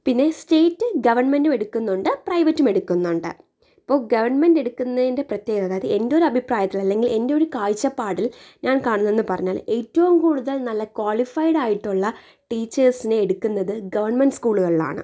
പിന്നെ സ്റ്റേറ്റ് ഗവൺമെന്റും എടുക്കുന്നുണ്ട് പ്രൈവറ്റും എടുക്കുന്നുണ്ട് ഇപ്പോൾ ഗവൺമെന്റ് എടുക്കുന്നതിന്റെ പ്രത്യേകത എന്റെ ഒരു അഭിപ്രായത്തില് അല്ലെങ്കിൽ എന്റൊരു കാഴ്ചപ്പാടിൽ ഞാൻ കാണുന്നു എന്ന് പറഞ്ഞാൽ ഏറ്റവും കൂടുതൽ നല്ല ക്വാളിഫൈഡ് ആയിട്ടുള്ള ടീച്ചേഴ്സിനെ എടുക്കുന്നത് ഗവൺമെൻറ്റ് സ്കൂളുകളിലാണ്